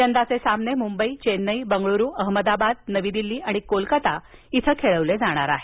यंदाचे सामने मुंबई चेन्नई बंगळुरू अहमदाबाद नवी दिल्ली आणि कोलकाता इथं खेळवले जाणार आहेत